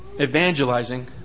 evangelizing